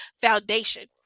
foundation